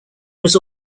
was